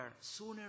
sooner